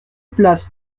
place